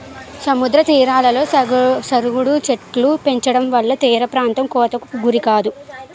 సముద్ర తీరాలలో సరుగుడు చెట్టులు పెంచడంవల్ల తీరప్రాంతం కోతకు గురికాదు